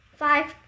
five